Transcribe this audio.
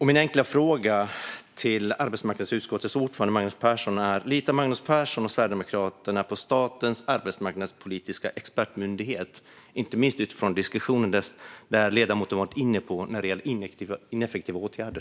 Min enkla fråga till arbetsmarknadsutskottets ordförande Magnus Persson är: Litar Magnus Persson och Sverigedemokraterna på statens arbetsmarknadspolitiska expertmyndighet, inte minst utifrån diskussionen som ledamoten har varit inne på när det gäller ineffektiva åtgärder?